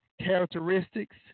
characteristics